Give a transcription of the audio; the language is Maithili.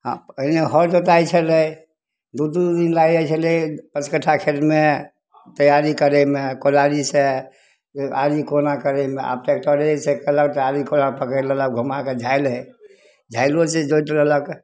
पहिले हर जोताइ छलै दुइ दुइ दिन लागि जाइ छलै पाँच कट्ठा खेतमे तैआरी करैमे कोदारिसे आड़ि कोना करैमे आब टैकटरेसे कएलक आड़ि कोना पकड़ि लेलक घुमाके झाइल हइ झाइलोसे जोति देलक